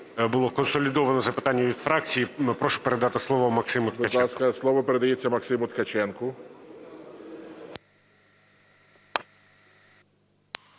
було консолідоване запитання від фракції, прошу передати слово Максиму Ткаченку.